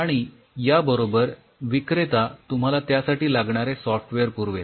आणि याबरोबर विक्रेता तुम्हाला त्यासाठी लागणारे सॉफ्टवेअर पुरवेल